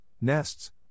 nests